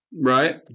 right